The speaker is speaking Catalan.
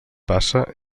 passa